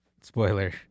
Spoiler